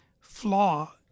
flaw